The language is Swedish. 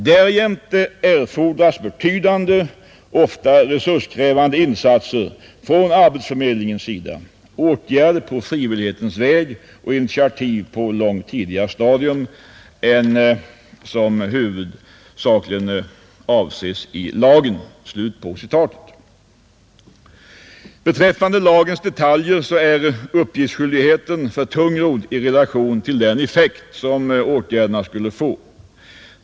Därjämte erfordras betydande, ofta resurskrävande insatser från arbetsförmedlingens sida, åtgärder på frivillighetens väg och initiativ på långt tidigare stadium än som huvudsakligen avses i lagen.” Beträffande lagens detaljer är uppgiftsskyldigheten för tungrodd i relation till den effekt som åtgärderna skulle få.